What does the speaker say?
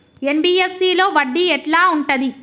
NBFC లో వడ్డీ ఎట్లా ఉంటది?